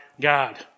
God